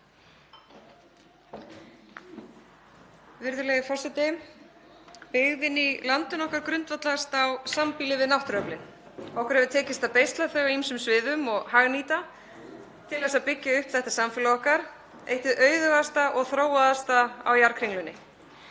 Virðulegi forseti. Byggðin í landinu okkar grundvallast á sambýli okkar við náttúruöflin. Okkur hefur tekist að beisla þau á ýmsum sviðum og hagnýta til þess að byggja upp þetta samfélag okkar, eitt hið auðugasta og þróaðasta á jarðarkringlunni.